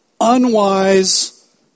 unwise